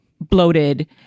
bloated